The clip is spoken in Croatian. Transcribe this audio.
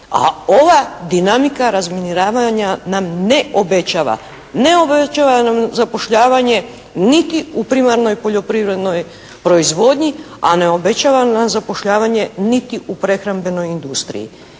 A ova dinamika razminiravanja nam ne obećava. Ne obećava nam zapošljavanje niti u primarnoj poljoprivrednoj proizvodnji, a ne obećava nam zapošljavanje niti u prehrambenoj industriji.